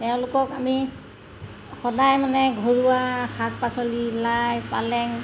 তেওঁলোকক আমি সদায় মানে ঘৰুৱা শাক পাচলি লাই পালেং